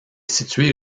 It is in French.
situé